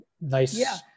nice –